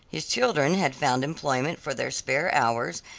his children had found employment for their spare hours,